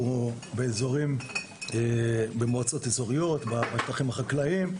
היא במועצות אזוריות ובשטחים החקלאיים.